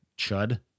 chud